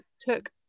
took